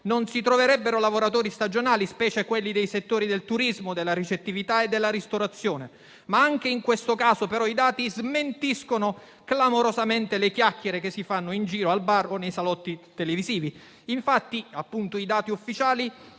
non si troverebbero lavoratori stagionali, specie nei settori del turismo, della ricettività e della ristorazione; anche in questo caso, però, i dati smentiscono clamorosamente le chiacchiere che si fanno in giro al bar o nei salotti televisivi. Infatti, i dati ufficiali